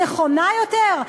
נכונה יותר?